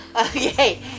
Okay